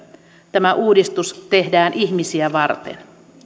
tämä uudistus tehdään ihmisiä varten